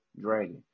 dragon